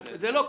זה לא כך.